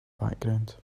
background